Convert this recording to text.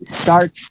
start